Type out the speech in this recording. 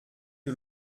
que